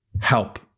help